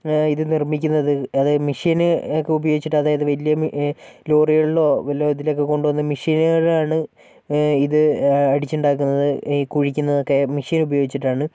ഇത് നിർമ്മിക്കുന്നത് അത് മെഷീൻ ഒക്കെ ഉപയോഗിച്ചിട്ട് അതായത് വലിയ ലോറികളിലൊ വല്ല ഇതിലൊക്കെ കൊണ്ടുവന്ന് മെഷീനിലാണ് ഇത് അടിച്ചുണ്ടാക്കുന്നത് ഈ കുഴിക്കുന്നതൊക്കെ മെഷീനുപയോഗിച്ചിട്ടാണ്